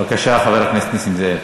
בבקשה, חבר הכנסת נסים זאב,